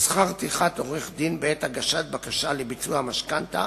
"שכר טרחת עורך-דין בעת הגשת בקשה לביצוע המשכנתה,